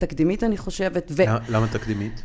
תקדימית, אני חושבת, ו... למה למה תקדימית?